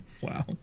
Wow